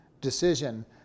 decision